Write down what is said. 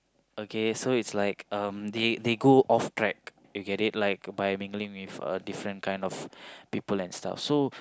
okay so it's like um they they go off track you get it like by mingling with uh different kind of people and stuff so